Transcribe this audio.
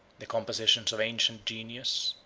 the compositions of ancient genius,